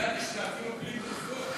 לא, ציינתי שזה אפילו בלי תרופות.